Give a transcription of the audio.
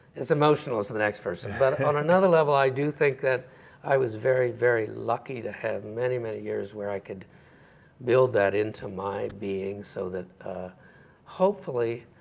as emotional as the next person. but on another level, i do think that i was very, very lucky to have many, many years where i could build that into my being so that hopefully,